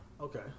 Okay